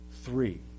three